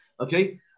Okay